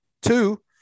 two